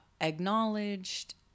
acknowledged